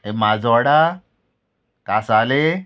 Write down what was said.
Majorda कासाले